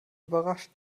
überrascht